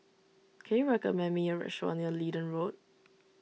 can you recommend me a restaurant near Leedon Road